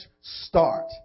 Start